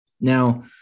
Now